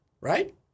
Right